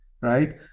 right